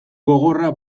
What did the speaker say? gogorra